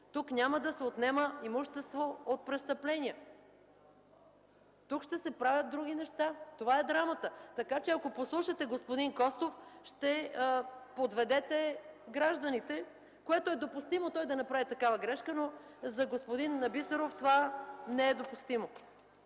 Тук няма да се отнема имущество от престъпления. Тук ще се правя други неща. Това е драмата. Така че, ако послушате господин Костов, ще подведете гражданите. Допустимо е той да направи такава грешка, но за господин Бисеров това не е допустимо.